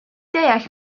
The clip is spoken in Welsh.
deall